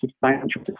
Financial